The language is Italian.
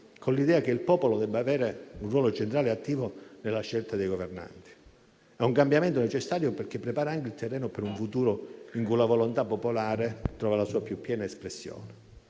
con l'idea che il popolo debba avere un ruolo centrale e attivo nella scelta dei governanti. È un cambiamento necessario, perché prepara il terreno per un futuro in cui la volontà popolare trova la sua più piena espressione.